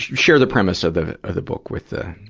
share the premise of the, of the book with the,